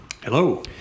hello